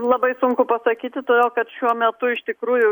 labai sunku pasakyti todėl kad šiuo metu iš tikrųjų